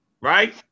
right